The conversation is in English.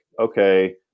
okay